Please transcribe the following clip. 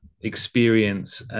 experience